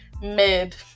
mid